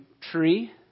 tree